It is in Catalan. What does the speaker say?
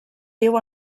viu